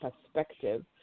perspective